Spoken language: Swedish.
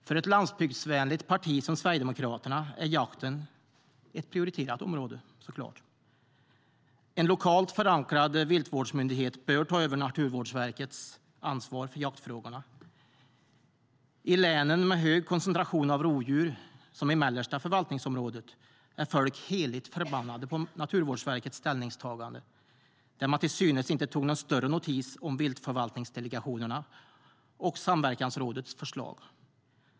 För ett landsbygdsvänligt parti som Sverigedemokraterna är jakten ett prioriterat område. En lokalt förankrad viltvårdsmyndighet bör ta över Naturvårdsverkets ansvar för jaktfrågorna. I länen med hög koncentration av rovdjur, som i mellersta förvaltningsområdet, är folk heligt förbannade på Naturvårdsverkets ställningstagande - att man till synes inte tog någon större notis om viltförvaltningsdelegationernas och samverkansrådets förslag.